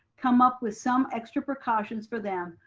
come up with some extra precautions for them,